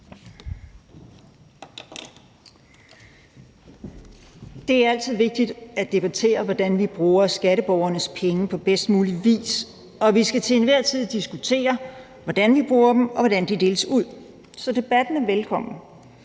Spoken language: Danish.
Det er altid vigtigt at debattere, hvordan vi bruger skatteborgernes penge på bedst mulig vis, og vi skal til enhver tid kunne diskutere, hvordan vi bruger dem, og hvordan de deles ud. Så debatten er velkommen